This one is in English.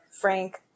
Frank